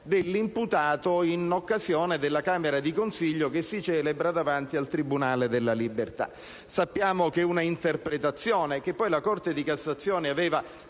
dell'imputato in occasione della camera di consiglio che si celebra davanti al Tribunale della libertà. Sappiamo che è un'interpretazione (che la Corte di cassazione aveva